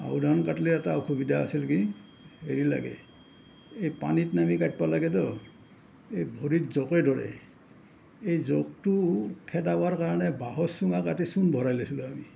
আহু ধান কাটিলে এটা অসুবিধা আছিল কি হেৰি লাগে এই পানীত নামি কাটিব লাগে তো এই ভৰিত জোকে ধৰে এই জোকটো খেদাবৰ কাৰণে বাঁহৰ চুঙা কাটি চূণ ভৰাই লৈছিলোঁ আমি